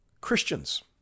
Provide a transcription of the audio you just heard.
Christians